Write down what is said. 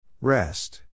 Rest